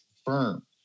firm